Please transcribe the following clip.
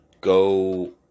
go